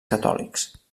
catòlics